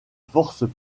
forces